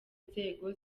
nzego